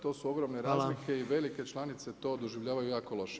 To su ogromne razlike i velike članice to doživljavaju jako loše.